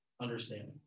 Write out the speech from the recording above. understanding